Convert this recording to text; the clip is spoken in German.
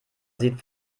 sieht